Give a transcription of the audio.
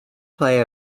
play